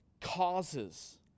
causes